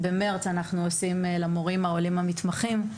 במרץ אנחנו עושים למורים העולים המתמחים.